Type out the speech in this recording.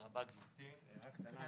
הישיבה ננעלה